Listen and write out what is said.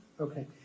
Okay